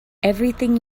everything